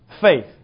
faith